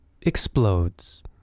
explodes